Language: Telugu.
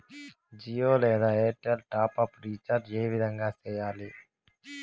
జియో లేదా ఎయిర్టెల్ టాప్ అప్ రీచార్జి ఏ విధంగా సేయాలి